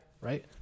right